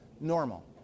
normal